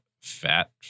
Fat